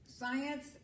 Science